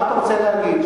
מה אתה רוצה להגיד,